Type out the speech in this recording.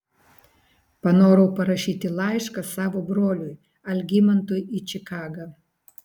panorau parašyti laišką savo broliui algimantui į čikagą